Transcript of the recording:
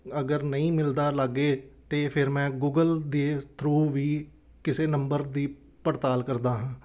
ਅਗਰ ਨਹੀਂ ਮਿਲਦਾ ਲਾਗੇ ਤਾਂ ਫਿਰ ਮੈਂ ਗੂਗਲ ਦੇ ਥਰੂ ਵੀ ਕਿਸੇ ਨੰਬਰ ਦੀ ਪੜਤਾਲ ਕਰਦਾ ਹਾਂ